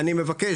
אני מבקש,